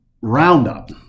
roundup